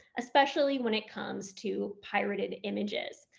especially when it comes to pirated images,